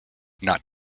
not